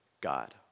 God